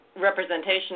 representation